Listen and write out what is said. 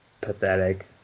pathetic